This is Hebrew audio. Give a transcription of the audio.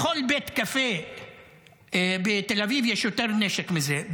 בכל בית קפה בתל אביב יש יותר נשק מזה,